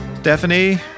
Stephanie